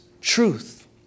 truth